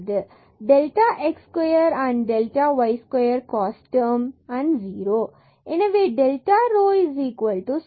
எனவே delta x square and delta y square cos term மற்றும் 0 எனவே delta rho square root delta x square delta y square